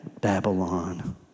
Babylon